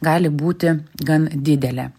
gali būti gan didelė